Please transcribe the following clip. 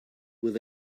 with